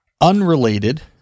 unrelated